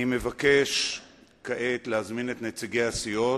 אני מבקש כעת להזמין את נציגי הסיעות.